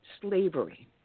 slavery